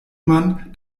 man